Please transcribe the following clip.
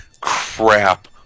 crap